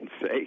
say